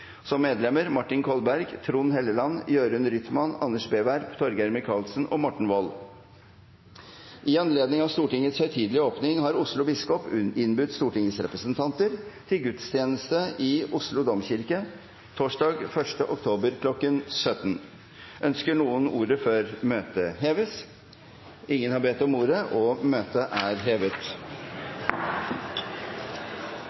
Martin Kolberg, Trond Helleland, Jørund Rytman, Anders B. Werp, Torgeir Micaelsen og Morten Wold. I anledning av Stortingets høytidelige åpning har Oslo biskop innbudt Stortingets representanter til gudstjeneste i Oslo Domkirke i dag, torsdag 1. oktober kl. 17.00. Ønsker noen ordet før møtet heves? – Møtet er hevet.